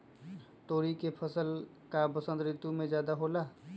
तोरी के फसल का बसंत ऋतु में ज्यादा होला?